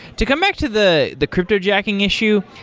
to come back to the the cryptojacking issue,